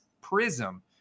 prism